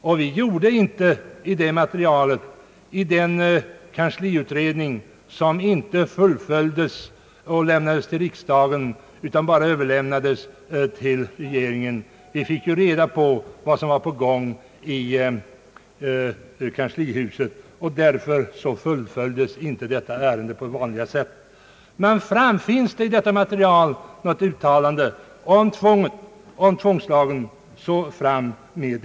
Revisorerna gjorde inget uttalande av sådan innebörd i den kansliutredning som överlämnades till regeringen. Vi fick ju reda på vad som var på gång i kanslihuset, och därför följdes detta ärende inte upp på vanligt sätt i riksdagen. Men finns det, herr Pettersson, i detta material något uttalande om tvångslagstiftning så visa fram det.